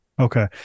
Okay